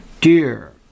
dear